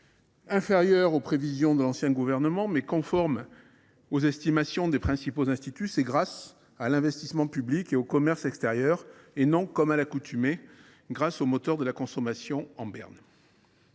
inférieure aux prévisions de l’ancien gouvernement, mais conforme aux estimations des principaux instituts, c’est grâce à l’investissement public et au commerce extérieur, et non, comme à l’accoutumée, grâce au moteur de la consommation en berne.